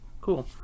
cool